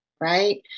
right